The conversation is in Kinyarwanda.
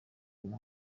uwo